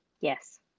Yes